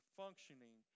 functioning